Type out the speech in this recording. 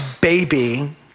baby